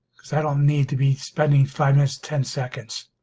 because i don't need to be spending five minutes ten seconds